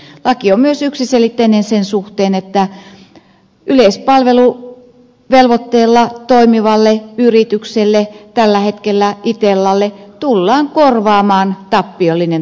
laki on myös yksiselitteinen sen suhteen että yleispalveluvelvoitteella toimivalle yritykselle tällä hetkellä itellalle tullaan korvaamaan tappiollinen toiminta